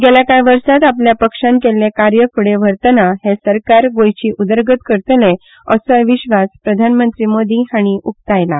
गेल्या कांय वर्सांत आपल्या पक्षान केल्लें कार्य फुडे व्हरतना हे सरकार गोंयची उदरगत करतले असोय विश्वास प्रधानमंत्री मोदी हांणी उक्तायला